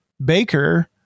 Baker